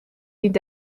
dient